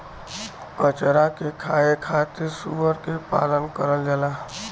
कचरा के खाए खातिर सूअर के पालन करल जाला